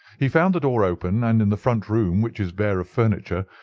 he found the door open, and in the front room, which is bare of furniture,